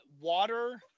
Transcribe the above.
water